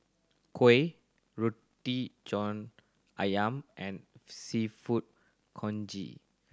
kuih Roti John Ayam and Seafood Congee